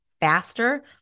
faster